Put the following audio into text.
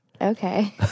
Okay